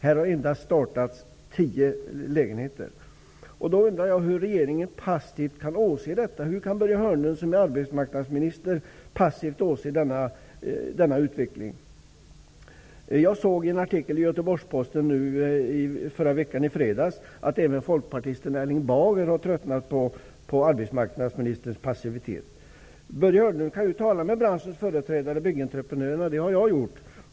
Här har endast startats byggande av tio lägenheter. Jag undrar hur regeringen passivt kan åse detta. Hur kan Börje Hörnlund som är arbetsmarknadsminister passivt åse denna utveckling? Jag såg i en artikel i Göteborgs-Posten i fredags att även folkpartisten Erling Bager har tröttnat på arbetsmarknadsministerns passivitet. Börje Hörnlund kan tala med branschens företrädare och byggentreprenörerna. Det har jag gjort.